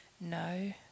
no